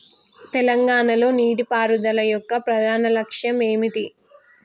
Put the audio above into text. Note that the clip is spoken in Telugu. తెలంగాణ లో నీటిపారుదల యొక్క ప్రధాన లక్ష్యం ఏమిటి?